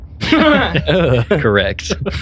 Correct